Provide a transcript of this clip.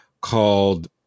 called